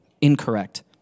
Incorrect